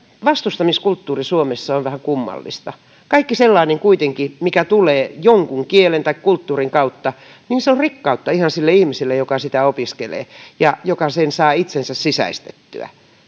vastustamiskulttuuri suomessa on vähän kummallista kaikki sellainen kuitenkin mikä tulee jonkun kielen tai kulttuurin kautta on rikkautta ihan sille ihmiselle joka sitä opiskelee ja joka sen saa itseensä sisäistettyä